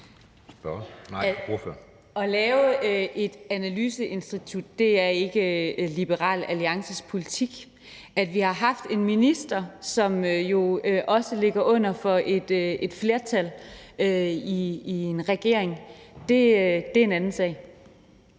At lave et analyseinstitut er ikke Liberal Alliances politik. At vi har haft en minister, som jo også ligger under for et flertal i en regering, er en anden sag.